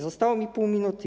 Zostało mi pół minuty.